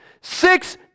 six